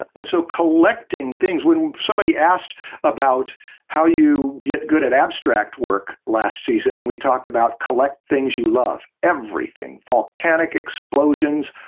and so, collecting things, when somebody asked about how you get good at abstract work last season and we talked about collect things you love. everything volcanic explosions,